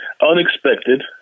unexpected